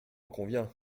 convient